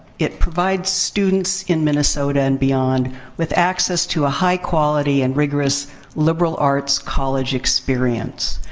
it provides students in minnesota and beyond with access to a high quality and rigorous liberal arts college experience.